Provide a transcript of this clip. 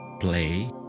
play